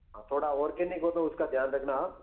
हाँ थोड़ा कहने को तो उसका ध्यान रखना हाँ